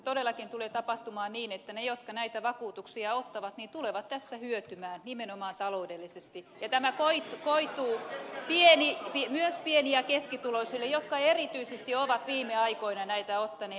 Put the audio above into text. todellakin tulee tapahtumaan niin että ne jotka näitä vakuutuksia ottavat tulevat tässä hyötymään nimenomaan taloudellisesti ja tämä koituu myös pieni ja keskituloisille jotka erityisesti ovat viime aikoina näitä ottaneet